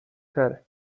تره